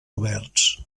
oberts